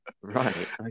Right